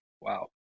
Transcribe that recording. Wow